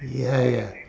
ya ya